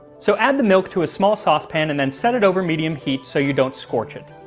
so add the milk to a small saucepan, and then set it over medium heat so you don't scorch it.